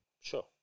Sure